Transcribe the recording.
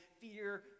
fear